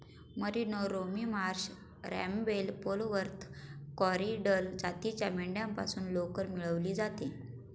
merino, Romney Marsh, रॅम्बेल, Polwarth, Corriedale जातीच्या मेंढ्यांपासून लोकर मिळवली जाते